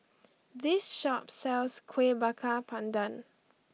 this shop sells Kueh Bakar Pandan